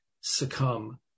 succumb